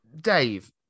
Dave